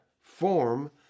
form